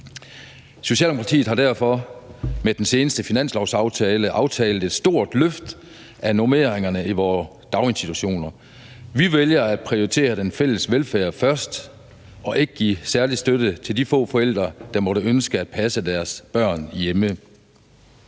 Socialdemokratiet har derfor med den seneste finanslovsaftale aftalt et stort løft af normeringerne i vores daginstitutioner. Vi vælger at prioritere den fælles velfærd først og ikke give særlig støtte til de få forældre, der måtte ønske at passe deres børn hjemme.